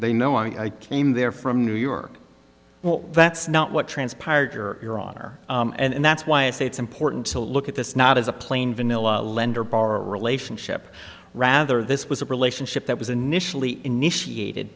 they know i came there from new york well that's not what transpired your your honor and that's why i say it's important to look at this not as a plain vanilla lender by our relationship rather this was a relationship that was initially initiated